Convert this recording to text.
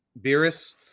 Beerus